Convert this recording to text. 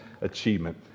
achievement